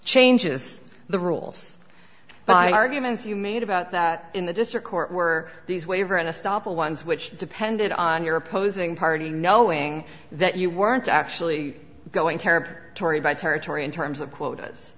changes the rules by arguments you made about that in the district court were these waiver in a stop the ones which depended on your opposing party knowing that you weren't actually going terror tory by territory in terms of quotas